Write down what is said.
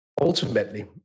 Ultimately